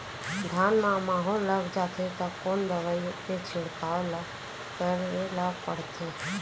धान म माहो लग जाथे त कोन दवई के छिड़काव ल करे ल पड़थे?